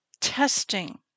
testing